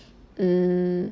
mm